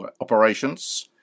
operations